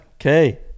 Okay